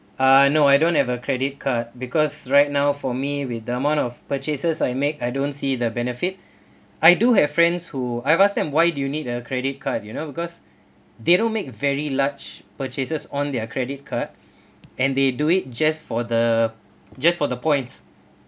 ah no I don't have a credit card because right now for me with the amount of purchases I make I don't see the benefit I do have friends who I have asked them why do you need a credit card you know because they don't make very large purchases on their credit card and they do it just for the just for the points